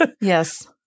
Yes